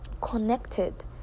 connected